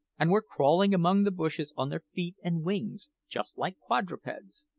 and were crawling among the bushes on their feet and wings, just like quadrupeds.